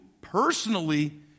personally